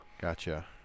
Gotcha